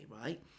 right